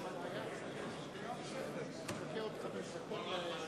מצביע מבחינת יכולתם של חברי הכנסת לדבר בטלפונים במליאה,